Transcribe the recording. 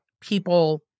people